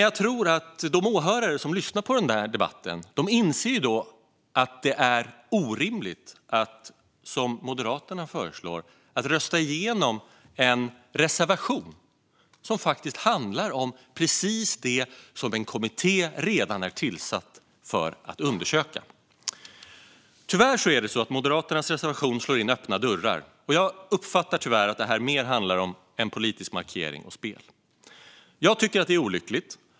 Jag tror att de som lyssnar på denna debatt inser att det är orimligt att, som Moderaterna föreslår, rösta igenom en reservation som faktiskt handlar om precis det som en kommitté redan är tillsatt för att undersöka. Tyvärr är det så att Moderaternas reservation slår in öppna dörrar. Jag uppfattar tyvärr att detta mer handlar om en politisk markering och spel. Jag tycker att det är olyckligt.